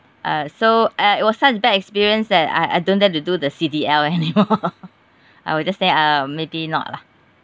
uh so uh it was such a bad experience that I I don't dare to do the C_D_L anymore I will just say um maybe not lah